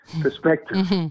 perspective